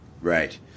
Right